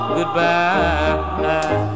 Goodbye